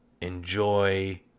enjoy